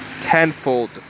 tenfold